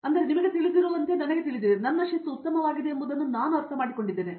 ಆದ್ದರಿಂದ ನಿಮಗೆ ತಿಳಿದಿರುವಂತೆ ನನಗೆ ತಿಳಿದಿದೆ ನನ್ನ ಶಿಸ್ತು ಉತ್ತಮವಾಗಿದೆಯೆಂಬುದನ್ನು ನಾನು ಅರ್ಥಮಾಡಿಕೊಂಡಿದ್ದೇನೆ